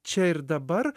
čia ir dabar